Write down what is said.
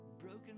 broken